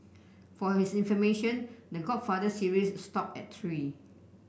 for his information The Godfather series stopped at three